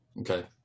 Okay